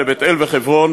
לבית-אל ולחברון,